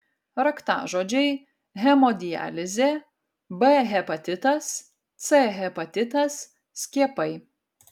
raktažodžiai hemodializė b hepatitas c hepatitas skiepai